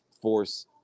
force